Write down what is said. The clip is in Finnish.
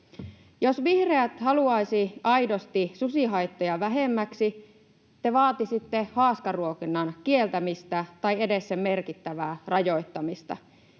Jos vihreät haluaisivat aidosti susihaittoja vähemmäksi, te vaatisitte haaskaruokinnan kieltämistä tai edes sen merkittävää rajoittamista.